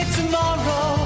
tomorrow